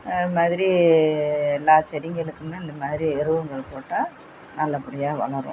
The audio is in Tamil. அது மாதிரி எல்லா செடிங்களுக்குமே இந்த மாதிரி எருவுங்கள் போட்டால் நல்லபடியாக வளரும்